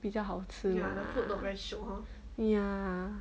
比较好吃的 lah ya